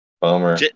bummer